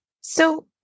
So-